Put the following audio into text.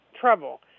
trouble